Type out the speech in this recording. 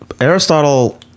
Aristotle